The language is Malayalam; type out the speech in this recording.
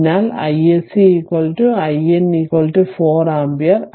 അതിനാൽ iSC IN 4 ആമ്പിയർ